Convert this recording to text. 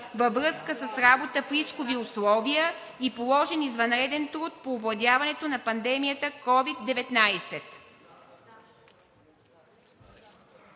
във връзка с работа в рискови условия и положен извънреден труд в овладяването на пандемията COVID-19.“